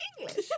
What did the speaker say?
English